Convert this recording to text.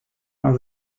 are